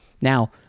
Now